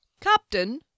Captain